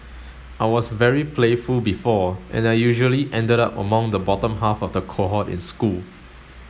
I was very playful before and I usually ended up among the bottom half of the cohort in school